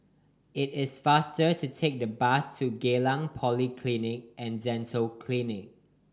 it is faster to take the bus to Geylang Polyclinic And Dental Clinic